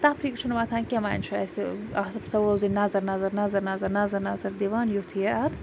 تَفریٖک چھُنہٕ وۄتھان کینٛہہ وَنۍ چھُ اَسہِ اتھ تھوو زِ نَظَر نَظَر نَظَر نَظَر نَظَر نَظَر دِوان یُتھ یہِ اتھ